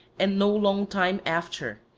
and no long time after,